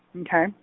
okay